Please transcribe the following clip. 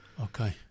Okay